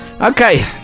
okay